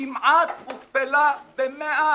כמעט הוכפל ב-160.